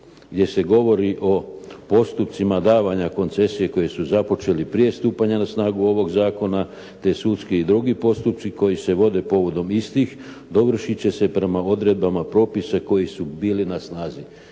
gdje se govori o postupcima davanja koncesije koje su započeli prije stupanja na snagu ovog zakona, te sudski i drugi postupci koji se vode povodom istih dovršit će se prema odredbama propisa koji su bili na snazi.